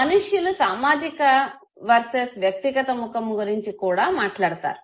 మనుష్యులు సామజిక వర్సెస్ వ్యక్తిగత ముఖము గురించి కూడా మాట్లాడతారు